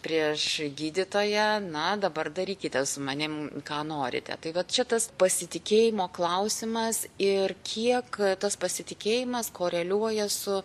prieš gydytoją na dabar darykite su manim ką norite tai vat čia tas pasitikėjimo klausimas ir kiek tas pasitikėjimas koreliuoja su